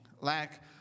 lack